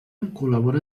col·labora